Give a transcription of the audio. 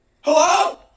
Hello